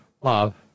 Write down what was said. Love